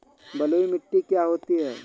बलुइ मिट्टी क्या होती हैं?